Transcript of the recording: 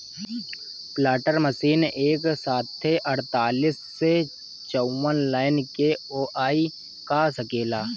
planter machine एक साथे अड़तालीस से चौवन लाइन के बोआई क सकेला